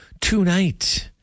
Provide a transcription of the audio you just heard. tonight